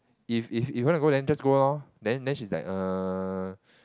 if if you want to go then just go loh then then she's like err